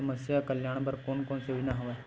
समस्या कल्याण बर कोन कोन से योजना हवय?